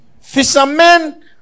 Fishermen